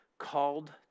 called